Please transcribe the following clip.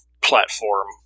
platform